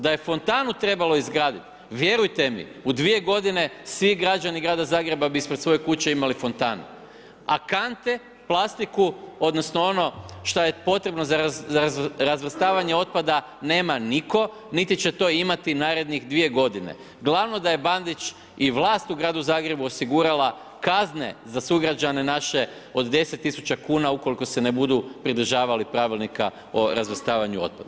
Da je fontanu trebalo izgraditi, vjerujte mi, u 2 godine svi građani grada Zagreba bi ispred svoje kuće imali fontanu a kante, plastiku, odnosno što je potrebno za razvrstavanje otpada nema nitko niti će to imati narednih 2 godine, glavno da je Bandić i vlast u gradu Zagrebu osigurala kazne za sugrađane naše od 10 000 kuna ukoliko se ne budu pridržavali pravilnika o razvrstavanju otpada.